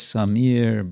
Samir